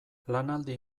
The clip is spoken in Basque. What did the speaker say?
lanaldi